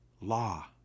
law